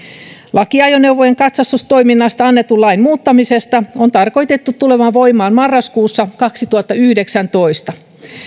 laki ajoneuvojen katsastustoiminnasta annetun lain muuttamisesta on tarkoitettu tulemaan voimaan marraskuussa kaksituhattayhdeksäntoista